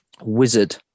wizard